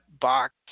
box